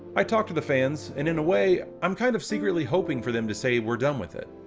i talk to the fans, and, in a way, i'm kind of secretly hoping for them to say we're done with it.